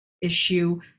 issue